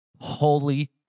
Holy